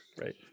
right